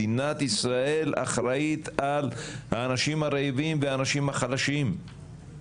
מדינת ישראל אחראית על האנשים הרעבים והאנשים החלשים.